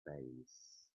base